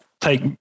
take